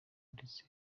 ndetse